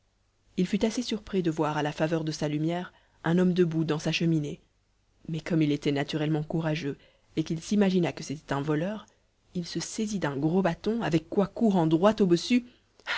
il fut assez surpris de voir à la faveur de sa lumière un homme debout dans sa cheminée mais comme il était naturellement courageux et qu'il s'imagina que c'était un voleur il se saisit d'un gros bâton avec quoi courant droit